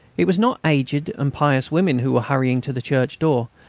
it was not aged and pious women who were hurrying to the church door,